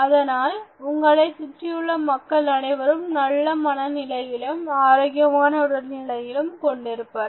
அதனால் உங்களைச் சுற்றியுள்ள மக்கள் அனைவரும் நல்ல மனநிலையிலும் ஆரோக்கியமான உடல் நிலையையும் கொண்டிருப்பர்